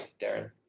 Darren